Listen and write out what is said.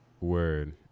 Word